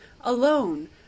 alone